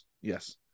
yes